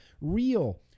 real